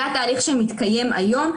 זה התהליך שמתקיים היום.